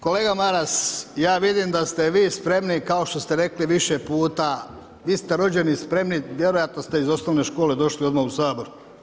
Kolega Maras, ja vidim da ste vi spremni kao što ste rekli više puta, vi ste rođeni spremni, vjerojatno ste iz osnovne škole došli odmah u Sabor.